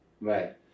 right